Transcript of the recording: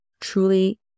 truly